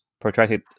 protracted